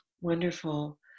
Wonderful